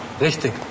Richtig